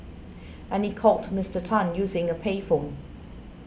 and he called Mister Tan using a payphone